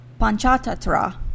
Panchatatra